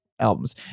albums